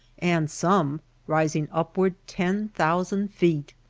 and some rising upward ten thousand feet.